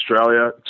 Australia